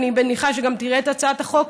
אני מניחה שגם תראה את הצעת החוק,